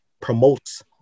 promotes